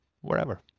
wherever